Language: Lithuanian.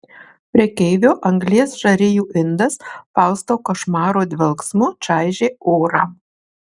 prekeivio anglies žarijų indas fausto košmaro dvelksmu čaižė orą